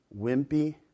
wimpy